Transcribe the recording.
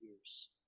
years